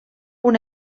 una